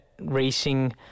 racing